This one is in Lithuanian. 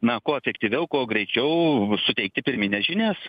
na kuo efektyviau kuo greičiau suteikti pirmines žinias